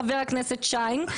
חבר הכנסת שיין,